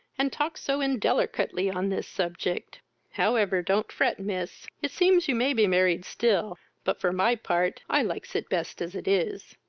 and talks so indellorcatly on this subject however, don't fret, miss it seems you may be married still, but, for my part, i likes it best as it is.